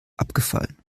abgefallen